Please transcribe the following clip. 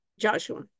Joshua